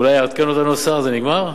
אולי יעדכן אותנו השר, זה נגמר?